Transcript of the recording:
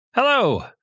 Hello